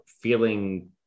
feeling